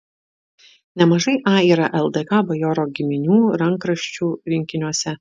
nemažai a yra ldk bajorų giminių rankraščių rinkiniuose